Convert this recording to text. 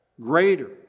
Greater